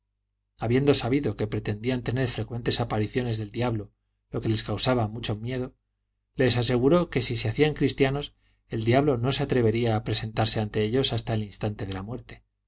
habiendo sabido que pretendían tener frecuentes apariciones del diablo lo que les causaba mucho miedo les aseguró que si se hacían cristianos el diablo no se atrevería a presentarse ante ellos hasta el instante de la muerte